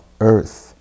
earth